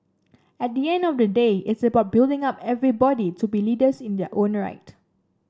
at the end of the day it's about building up everybody to be leaders in their own right